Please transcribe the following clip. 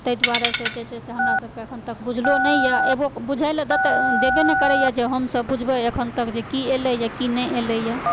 ताहि दुआरे से जे छै से हमरा सभकऽ अखन तक बुझलहुँ नहि यऽ बुझय लऽ देबय नहि करयए जे हमसभ बुझबय अखन तक जे की एलिए की नहि एलिए